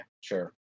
sure